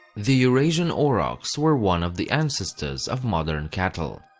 the eurasian aurochs were one of the ancestors of modern cattle.